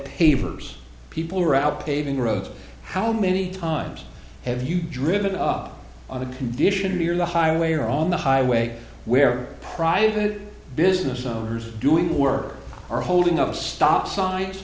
pavers people are out paving roads how many times have you driven up on the condition near the highway or on the highway where private business owners doing work are holding up stop signs